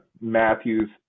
Matthews